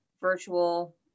virtual